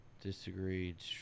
disagreed